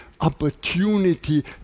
opportunity